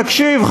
תקשיב,